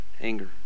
anger